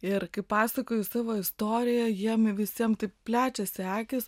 ir kai pasakoju savo istoriją jiem visiem taip plečiasi akys